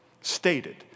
stated